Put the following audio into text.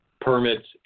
Permits